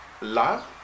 love